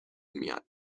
میاد